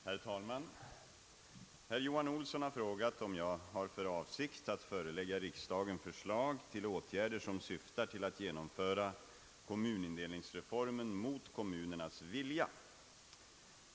Herr talman! Herr Johan Olsson har frågat om jag har för avsikt att förelägga riksdagen förslag till åtgärder som syftar till att genomföra kommunindelningsreformen mot kommunernas vilja.